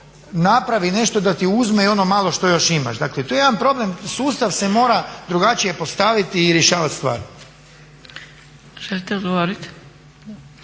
napravi i nešto da ti uzme i ono malo što još imaš. Dakle, to je jedan problem, sustav se mora drugačije postaviti i rješavati stvari. **Zgrebec, Dragica